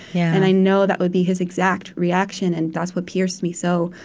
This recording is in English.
yeah and i know that would be his exact reaction, and that's what pierced me so,